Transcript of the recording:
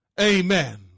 Amen